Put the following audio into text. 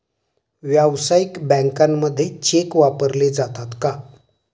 व्यावसायिक बँकांमध्ये चेक वापरले जातात का?